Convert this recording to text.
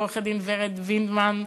עו"ד ורד וינדמן,